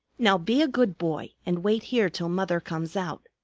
now be a good boy and wait here till mother comes out.